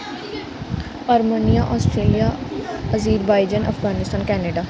Armenia Australia Azerbaijan Afghanistan Canada